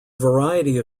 variety